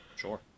sure